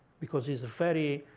because he's a very